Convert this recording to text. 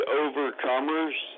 overcomers